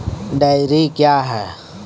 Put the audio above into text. Dairy क्या हैं?